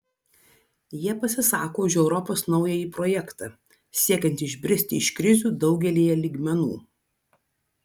jie pasisako už europos naująjį projektą siekiant išbristi iš krizių daugelyje lygmenų